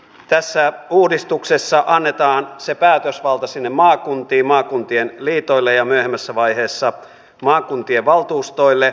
tässä uudistuksessa annetaan se päätösvalta sinne maakuntiin maakuntien liitoille ja myöhemmässä vaiheessa maakuntien valtuustoille